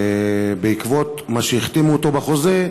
בעקבות מה שהחתימו אותו בחוזה,